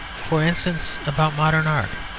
for instance, about modern art.